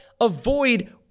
avoid